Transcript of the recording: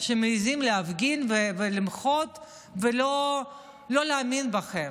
שמעיזים להפגין ולמחות ולא להאמין בכם.